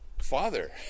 Father